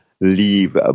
leave